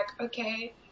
okay